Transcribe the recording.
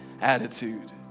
attitude